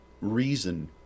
reason